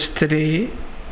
today